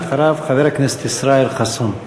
ואחריו, חבר הכנסת ישראל חסון.